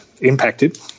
impacted